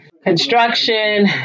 construction